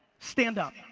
stand up.